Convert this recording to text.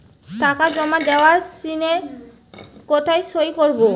টাকা জমা দেওয়ার স্লিপে কোথায় সই করব?